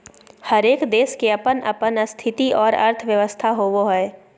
हरेक देश के अपन अपन स्थिति और अर्थव्यवस्था होवो हय